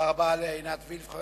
תודה רבה לעינת וילף.